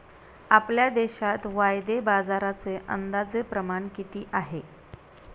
आपल्या देशात वायदे बाजाराचे अंदाजे प्रमाण किती आहे?